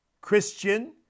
Christian